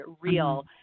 Real